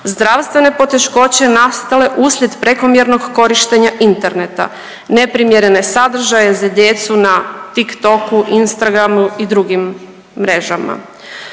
zdravstvene poteškoće nastala uslijed prekomjernog korištenja interneta, neprimjerene sadržaje za djecu na Tiktoku, Instagramu i drugim mrežama.